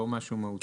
לא משהו מהותי.